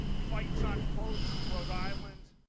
fights on boats in rhode island,